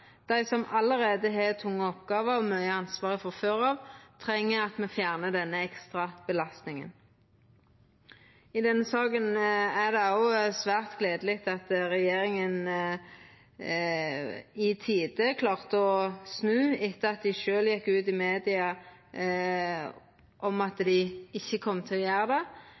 Dei som allereie har tunge oppgåver og mykje ansvar, treng at me fjernar denne ekstra belastninga. I denne saka er det òg svært gledeleg at regjeringa i tide klarte å snu etter at dei sjølve gjekk ut i media om at dei ikkje kom til å gjera det.